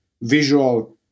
visual